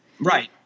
Right